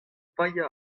paeañ